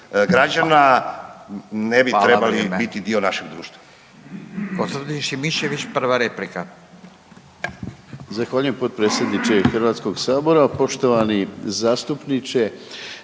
građana ne bi trebali biti dio našeg društva.